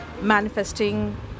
manifesting